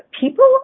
people